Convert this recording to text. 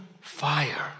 fire